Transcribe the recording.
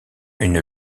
une